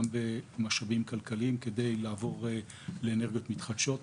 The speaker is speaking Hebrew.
גם במשאבים כלכליים כדי לעבור לאנרגיות מתחדשות.